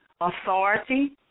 authority